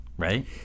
Right